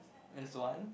that's one